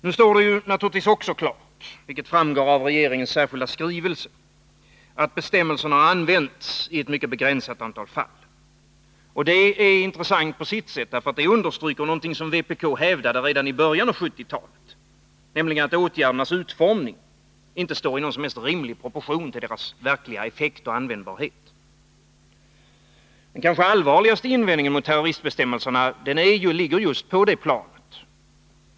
Nu står det naturligtvis också klart, vilket framgår av regeringens särskilda skrivelse, att bestämmelserna använts i ett mycket begränsat antal fall. Det är intressant på sitt sätt. Det understryker nämligen någonting som vpk hävdade redan i början av 1970-talet, nämligen att åtgärdernas utformning inte står i någon rimlig proportion till deras verkliga effekt och användbarhet. Den kanske allvarligaste invändningen mot terroristbestämmelserna ligger på just det planet.